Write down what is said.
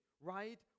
right